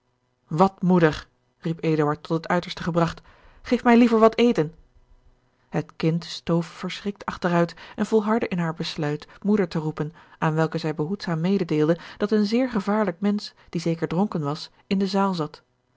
wat moeder riep eduard tot het uiterste gebragt geef mij liever wat eten het kind stoof verschrikt achteruit en volhardde in haar besluit moeder te roepen aan welke zij behoedzaam mededeelde dat een zeer gevaarlijk mensch die zeker dronken was in de zaal zat